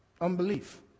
Unbelief